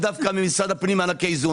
לאו דווקא ממשרד הפנים מענקי איזון.